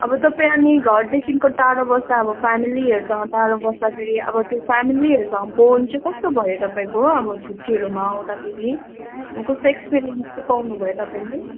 अब तपाईँ अनि घरदेखिको टाढो बस्दा अब फेमिलीहरूसँग टाढो बस्दाखेरि अब त्यो फेमिलीहरूसँग बोन्ड चाहिँ कस्तो भयो तपाईँको अब छुट्टीहरूमा आउँदाखेरि कस्तो एक्सपिरिएन्स चाहिँ पाउनुभयो तपाईँले